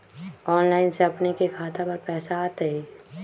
Online से अपने के खाता पर पैसा आ तई?